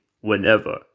whenever